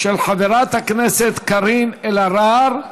של חברת הכנסת קארין אלהרר.